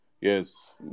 Yes